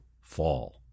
fall